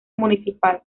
municipal